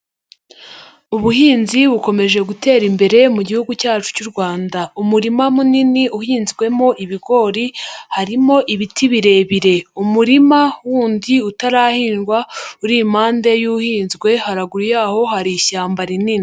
Ubuhinzi bukomeje gutera imbere mu gihugu cyacu cy'u Rwanda. Umurima munini uhinzwemo ibigori, harimo ibiti birebire. Umurima wundi utarahingwa uri impande y'uhinzwe, haraguru yaho hari ishyamba rinini.